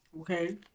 Okay